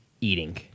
eating